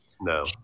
No